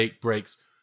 breaks